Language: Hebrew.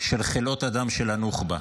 של חלאות אדם של הנוח'בה.